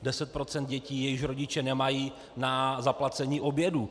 Deset procent dětí, jejichž rodiče nemají na zaplacení obědů.